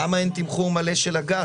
למה אין תמחור מלא של הגז?